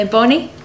Bonnie